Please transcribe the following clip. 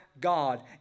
God